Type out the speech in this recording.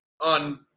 on